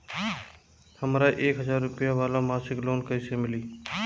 हमरा एक हज़ार रुपया वाला मासिक लोन कईसे मिली?